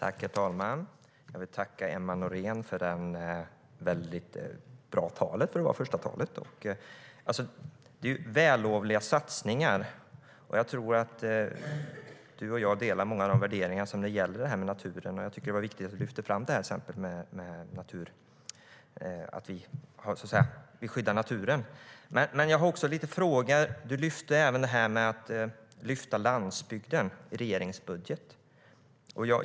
Herr talman! Jag vill tacka Emma Nohrén för anförandet, som var väldigt bra för att vara hennes första. Det är vällovliga satsningar, och jag tror att Emma Nohrén och jag delar många värderingar när det gäller naturen. Jag tycker att det var viktigt att hon lyfte fram exemplet att vi skyddar naturen. Jag har dock även en fråga. Emma Nohrén nämnde det här med att lyfta landsbygden i regeringens budget.